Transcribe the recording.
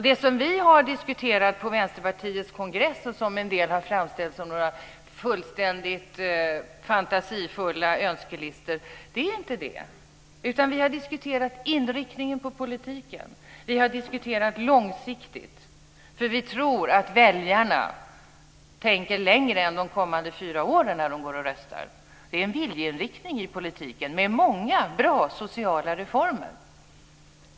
Det som vi har diskuterat på Vänsterpartiets kongress, och som en del har framställt som några fullständigt fantasifulla önskelistor, är inte fantasifullt. Vi har diskuterat inriktningen på politiken. Vi har diskuterat långsiktigt, för vi tror att väljarna tänker längre än de kommande fyra åren när de går och röstar. Det är en viljeinriktning i politiken med många bra sociala reformer.